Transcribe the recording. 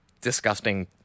disgusting